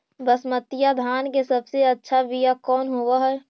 बसमतिया धान के सबसे अच्छा बीया कौन हौब हैं?